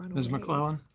ms. mcclellan.